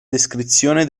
descrizione